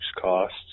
costs